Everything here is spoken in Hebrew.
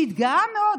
שהתגאה מאוד,